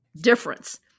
difference